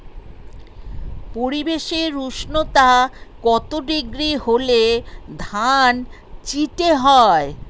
পরিবেশের উষ্ণতা কত ডিগ্রি হলে ধান চিটে হয়?